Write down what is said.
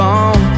on